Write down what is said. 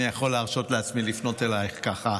אני יכול להרשות לעצמי לפנות אלייך ככה,